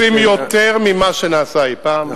עושים יותר ממה שנעשה אי-פעם,